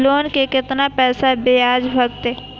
Loan के केतना पैसा ब्याज लागते?